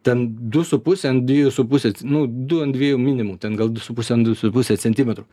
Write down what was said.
ten du su puse ant dviejų su puse c nu du ant dviejų minimum ten gal su puse ant du su puse centimetrų